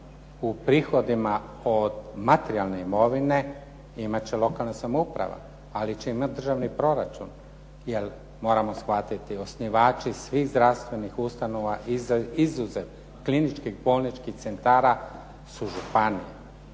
U prihodima od materijalne imovine imat će lokalna samouprava, ali će imati državni proračun, jer moramo shvatiti osnivači svih zdravstvenih ustanova izuzev kliničkih, bolničkih centara su županije.